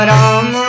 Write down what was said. Ram